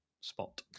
spot